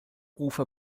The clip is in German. ufer